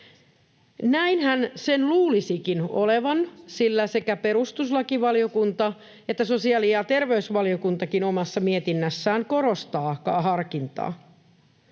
Näinhän sen luulisikin olevan, sillä sekä perustuslakivaliokunta että sosiaali- ja terveysvaliokuntakin omassa mietinnössään korostaa harkintaa.